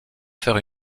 faire